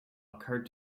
occurred